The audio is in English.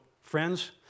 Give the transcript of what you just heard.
friends